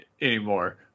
anymore